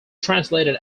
translated